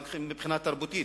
גם מבחינה תרבותית,